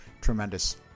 tremendous